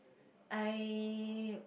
I